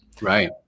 Right